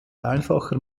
einfacher